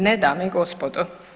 Ne, dame i gospodo.